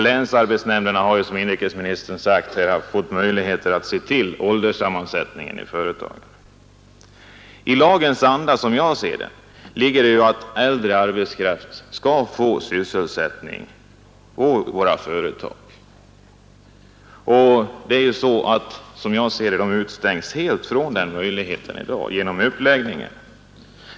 Länsarbetsnämnderna har ju som inrikesministern sagt här fått möjligheter att se till ålderssammansättningen i företagen. I lagens anda ligger som jag ser det att äldre arbetskraft skall få sysselsättning i våra företag, men i dag avstängs de äldre helt från den möjligheten genom arbetets uppläggning.